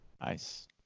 Nice